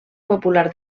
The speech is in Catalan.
popular